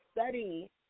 study